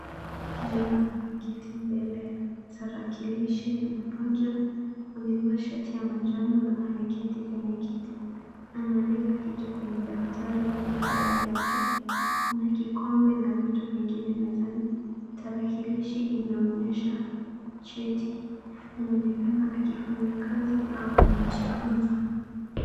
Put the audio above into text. Kijana ameketi mbele ya tarakalishi ya mpaja . Amevaa shati ya manjano na ameketi kwenye kiti. Anaandika kitu kwenye daftari lililo mbele yake. Kuna kikombe na vitu vingine mezani. Tarakilishi inaonyesha cheti. Anaonekana akifanya kazi au anajifunza.